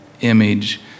image